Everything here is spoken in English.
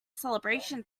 celebration